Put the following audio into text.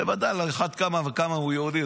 בוודאי, על אחת כמה וכמה אם הוא יהודי.